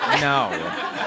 no